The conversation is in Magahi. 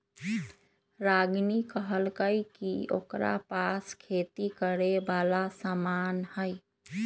रागिनी कहलकई कि ओकरा पास खेती करे वाला समान हई